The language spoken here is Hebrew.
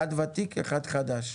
אחד ותיק ואחד חדש.